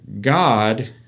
God